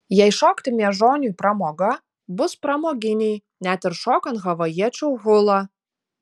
jei šokti miežoniui pramoga bus pramoginiai net ir šokant havajiečių hulą